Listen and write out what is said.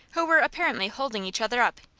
who were apparently holding each other up,